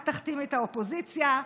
את תחתימי את האופוזיציה.